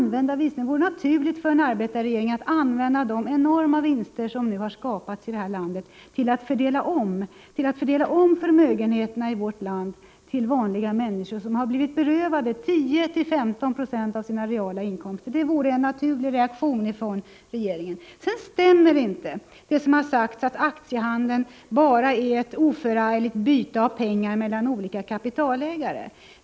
Det vore ju naturligt för en arbetarregering att använda de enorma vinster som har skapats i det här landet till att fördela om förmögenheterna till vanliga människor, som har blivit berövade 10-15 96 av sina reala inkomster. Det vore en naturlig reaktion från regeringens sida. Det stämmer inte att aktiehandeln bara är ett oförargligt byte av pengar mellan olika kapitalägare.